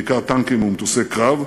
בעיקר טנקים ומטוסי קרב.